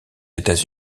états